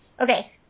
okay